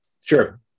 sure